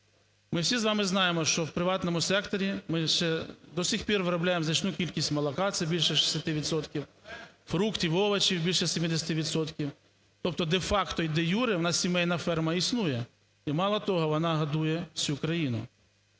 Ми всі з вами знаємо, що в приватному секторі ми ще до сих пір виробляємо значну кількість молока – це більше 60 відсотків; фруктів, овочів більше 70 відсотків. Тобто де-факто і де-юре у нас сімейна ферма існує і мало того, вона годує всю країну.